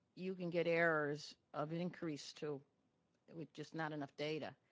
you can get errors of an increase to just not enough data.